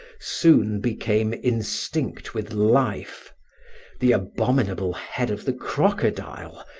soon became instinct with life the abominable head of the crocodile,